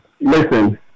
Listen